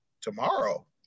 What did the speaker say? tomorrow